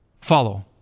follow